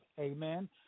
Amen